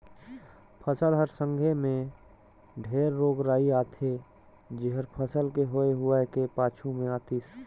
फसल हर संघे मे ढेरे रोग राई आथे जेहर फसल के होए हुवाए के पाछू मे आतिस